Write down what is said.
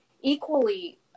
equally